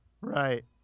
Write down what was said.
Right